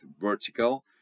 vertical